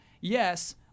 Yes